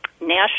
national